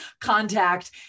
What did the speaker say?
contact